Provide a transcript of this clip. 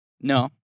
no